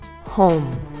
home